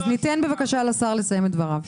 אז ניתן לשר לסיים את דבריו.